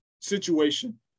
situation